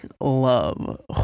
love